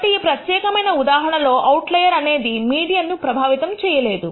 కాబట్టి ఈ ప్రత్యేకమైన ఉదాహరణ లో అవుట్లయర్ అనేది మీడియన్ ను ప్రభావితం చేయలేదు